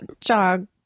Jog